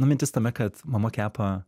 nu mintis tame kad mama kepa